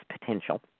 potential